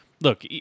look